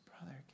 brother